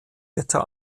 wetter